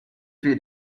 few